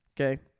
Okay